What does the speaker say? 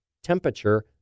Temperature